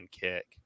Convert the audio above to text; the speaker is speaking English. kick